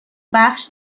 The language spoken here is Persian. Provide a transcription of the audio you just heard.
بخش